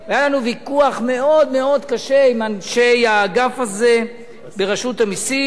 והיה לנו ויכוח מאוד מאוד קשה עם אנשי האגף הזה ברשות המסים,